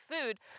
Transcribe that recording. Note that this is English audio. food